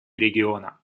региона